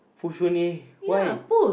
push only why